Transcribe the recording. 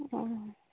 ᱚ